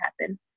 happen